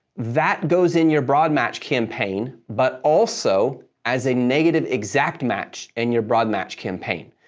that goes in your broad match campaign, but also as a negative exact match in your broad match campaign,